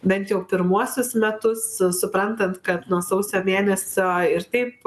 bent jau pirmuosius metus su suprantant kad nuo sausio mėnesio ir taip